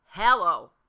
Hello